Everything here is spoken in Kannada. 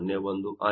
01 ಆಗಿದೆ